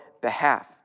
behalf